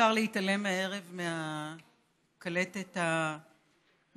אי-אפשר להתעלם הערב מהקלטת המחפירה,